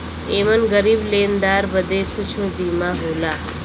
एमन गरीब लेनदार बदे सूक्ष्म बीमा होला